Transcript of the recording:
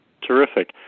terrific